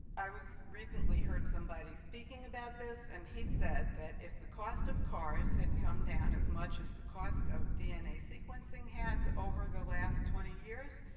i was recently heard somebody speaking about this, and he said that if the cost of cars had come down as much as the cost of dna sequencing has over the last twenty years,